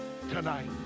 tonight